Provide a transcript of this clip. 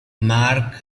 marc